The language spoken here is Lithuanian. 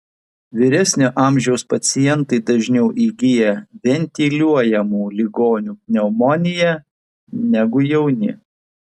vyresnio amžiaus pacientai dažniau įgyja ventiliuojamų ligonių pneumoniją negu jauni